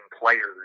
players